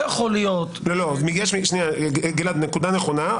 נקודה נכונה,